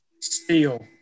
Steel